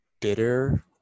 Bitter